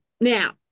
Now